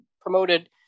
promoted